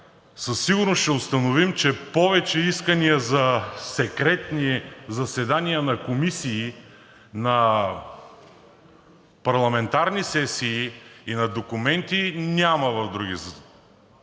със сигурност ще установим, че повече искания за секретни заседания на комисии, на парламентарни сесии и на документи няма в други събрания.